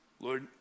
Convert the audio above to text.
Lord